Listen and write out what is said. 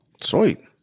Sweet